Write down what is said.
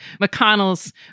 McConnell's